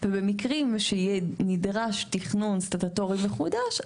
ובמקרים שבהם נדרש תכנון סטטוטורי מחודש,